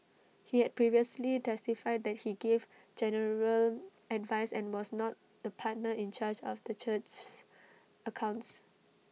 he had previously testified that he gave general advice and was not the partner in charge of the church's accounts